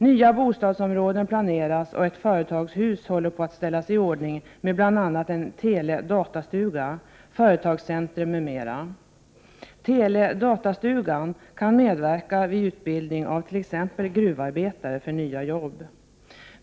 Nya bostadsområden planeras, och ett företagshus håller på att ställas i ordning med bl.a. en tele datastugan kan medverka vid utbildning av t.ex. gruvarbetare för nya jobb.